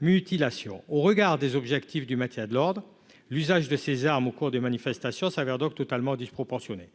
mutilations. Au regard des objectifs du maintien de l'ordre, l'usage de ces armes au cours de manifestations s'avère donc totalement disproportionné.